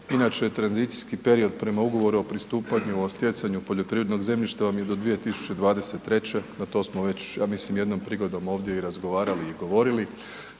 Inače tranzicijski period prema ugovoru o pristupanju o stjecanju poljoprivrednog zemljišta vam je do 2023., a to smo već ja mislim jednom prigodom ovdje i razgovarali i govorili.